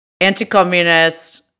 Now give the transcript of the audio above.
anti-communist